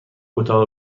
اتاق